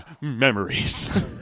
Memories